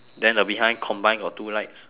then the behind combine got two lights